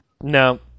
no